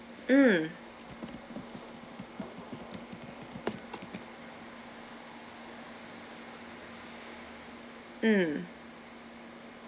mm mm